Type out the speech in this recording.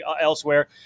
elsewhere